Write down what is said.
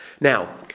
Now